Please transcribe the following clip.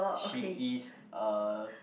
she is a